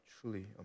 truly